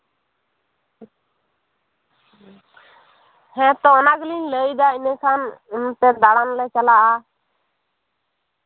ᱦᱮᱸᱛᱚ ᱚᱱᱟ ᱜᱮᱞᱤᱧ ᱞᱟᱹᱭᱫᱟ ᱤᱱᱟᱹᱠᱷᱟᱱ ᱫᱟᱬᱟᱱᱞᱮ ᱪᱟᱞᱟᱜᱼᱟ